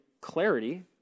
clarity